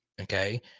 Okay